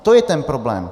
To je ten problém!